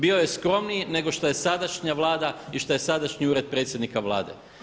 Bio je skromniji nego što je sadašnja Vlada i što je sadašnji Ured Predsjednika Vlade.